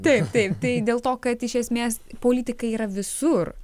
taip taip tai dėl to kad iš esmės politika yra visur